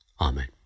Amen